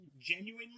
genuinely